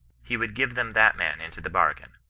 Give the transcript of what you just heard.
he would give them that man into the bargain.